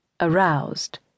aroused